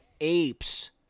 apes